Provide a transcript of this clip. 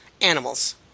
animals